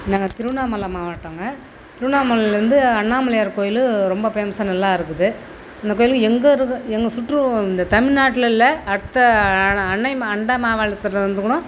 நாங்கள் திருவண்ணாமலை மாவட்டம்ங்க திருவண்ணாமலையிலேருந்து அண்ணாமலையார் கோயில் ரொம்ப பேமஸாக நல்லா இருக்குது இந்த கோயிலுக்கு எங்கே இருக்குது எங்கே சுற்று இந்த தமிழ்நாட்ல இல்லை அடுத்த ஆன அன்னை மா அண்டை மாவாலத்துல இருந்து கூட